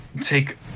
take